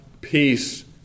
peace